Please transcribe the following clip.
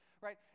Right